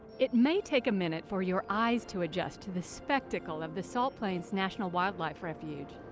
it may take a minute for your eyes to adjust to the spectacle of the salt plains national wildlife refuge.